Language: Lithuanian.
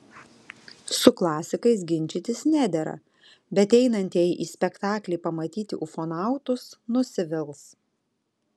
su klasikais ginčytis nedera bet einantieji į spektaklį pamatyti ufonautus nusivils